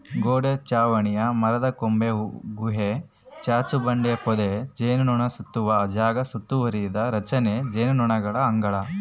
ಗೋಡೆ ಚಾವಣಿ ಮರದಕೊಂಬೆ ಗುಹೆ ಚಾಚುಬಂಡೆ ಪೊದೆ ಜೇನುನೊಣಸುತ್ತುವ ಜಾಗ ಸುತ್ತುವರಿದ ರಚನೆ ಜೇನುನೊಣಗಳ ಅಂಗಳ